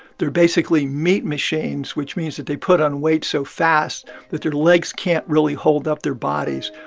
they're basically meat machines, which means that they put on weight so fast that their legs can't really hold up their bodies.